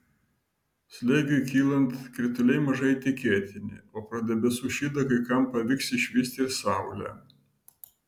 slėgiui kylant krituliai mažai tikėtini o pro debesų šydą kai kam pavyks išvysti ir saulę